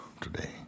today